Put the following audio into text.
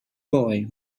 boy